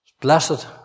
blessed